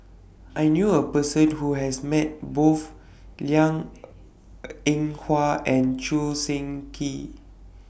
I knew A Person Who has Met Both Liang Eng Hwa and Choo Seng Quee